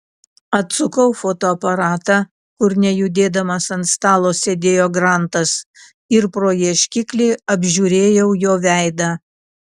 atsukau fotoaparatą kur nejudėdamas ant stalo sėdėjo grantas ir pro ieškiklį apžiūrėjau jo veidą